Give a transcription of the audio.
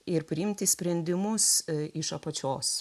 ir priimti sprendimus iš apačios